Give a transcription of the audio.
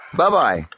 Bye-bye